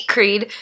Creed